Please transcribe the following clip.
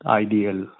ideal